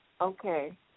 Okay